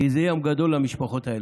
כי זה יום גדול למשפחות האלה.